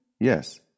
Yes